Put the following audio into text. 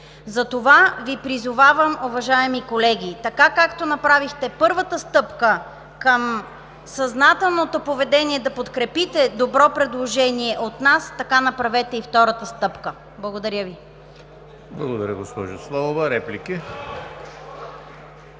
Призовавам Ви, уважаеми колеги, така както направихте първата стъпка към съзнателното поведение да подкрепите добро предложение от нас, така направете и втората стъпка. Благодаря Ви. ПРЕДСЕДАТЕЛ ЕМИЛ ХРИСТОВ: Благодаря, госпожо Славова. Реплики?